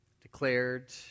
Declared